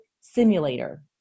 simulator